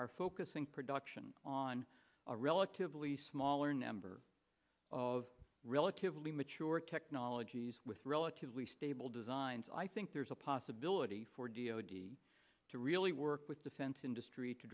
our focusing production on a relatively smaller number of relatively mature technologies with relatively stable designs i think there's a possibility for d o d to really work with defense industry to